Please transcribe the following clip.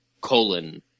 colon